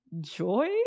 joy